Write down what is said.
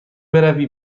بروی